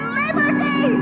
liberty